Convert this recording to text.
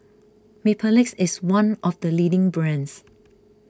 Mepilex is one of the leading brands